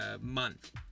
month